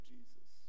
Jesus